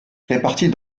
réparties